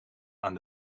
aan